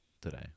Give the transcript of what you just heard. today